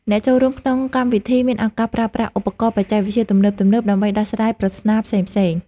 អ្នកចូលរួមក្នុងកម្មវិធីមានឱកាសប្រើប្រាស់ឧបករណ៍បច្ចេកវិទ្យាទំនើបៗដើម្បីដោះស្រាយប្រស្នាផ្សេងៗ។